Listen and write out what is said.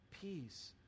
peace